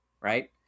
right